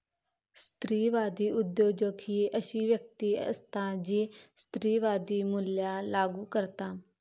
स्त्रीवादी उद्योजक ही अशी व्यक्ती असता जी स्त्रीवादी मूल्या लागू करता